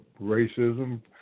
racism